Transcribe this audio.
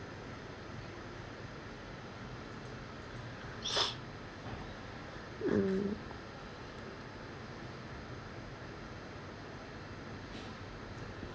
mm